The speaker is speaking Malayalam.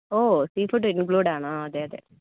ഓ സീ ഫുഡ് ഇൻക്ലൂഡ് ആണ് ആ അതെ അതെ